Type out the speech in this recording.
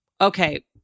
okay